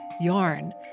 Yarn